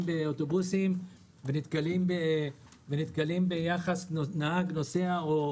באוטובוסים ונתקלים ביחס נהג נוסע לא תקין,